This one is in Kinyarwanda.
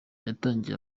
yatangiye